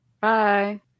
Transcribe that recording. Bye